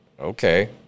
Okay